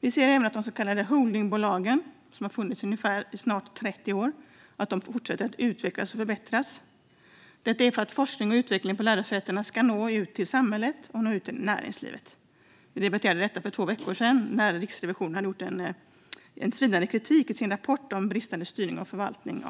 Vi ser även att de så kallade holdingbolagen, som har funnits under snart 30 år, fortsätter att utvecklas och förbättras, detta för att forskning och utveckling från lärosätena ska nå ut till samhället och näringslivet. Vi debatterade detta för två veckor sedan, när Riksrevisionen i en rapport hade kommit med svidande kritik mot regeringen för bristande styrning och förvaltning.